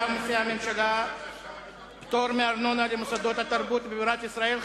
ומסי הממשלה (פטורין) (פטור מארנונה למוסדות התרבות בבירת ישראל).